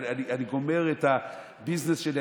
אני גומר את הביזנס שלי,